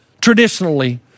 traditionally